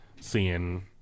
seeing